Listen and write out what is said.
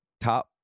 top